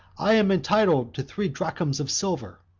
i am entitled to three drams of silver.